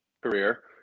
career